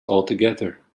altogether